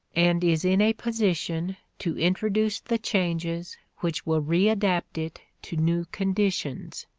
and is in a position to introduce the changes which will readapt it to new conditions.